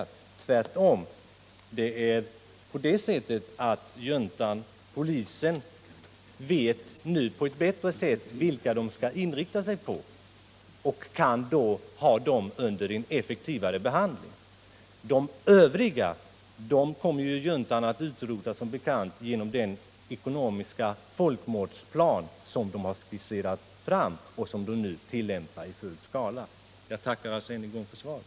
Tvärtom vet den chilenska polisen nu bättre vilka den skall inrikta sig på och kan därför ta dem under effektivare behandling. De övriga kommer juntan som bekant att kunna utrota genom den ekonomiska folkmordsplan som skisserats och som nu tilllämpas i full skala. Jag tackar än en gång för svaret.